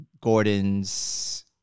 Gordon's